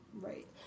Right